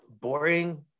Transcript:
boring